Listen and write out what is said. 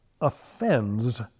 offends